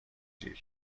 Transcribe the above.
دیر